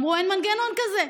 אמרו: אין מנגנון כזה.